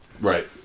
Right